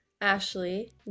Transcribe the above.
Ashley